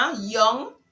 young